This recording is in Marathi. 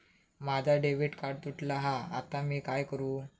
माझा डेबिट कार्ड तुटला हा आता मी काय करू?